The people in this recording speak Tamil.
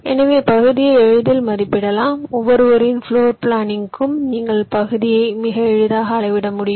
எனவே பகுதியை எளிதில் மதிப்பிடலாம் ஒவ்வொருவரின் பிளோர் பிளானிங்க்கும் நீங்கள் பகுதியை மிக எளிதாக அளவிட முடியும்